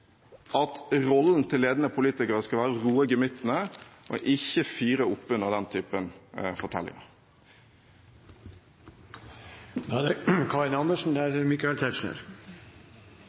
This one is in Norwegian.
at rollen til ledende politikere skal være å roe gemyttene, ikke å fyre opp under den typen fortellinger. Først har jeg behov for å si at Stortinget skal behandle lover. Det er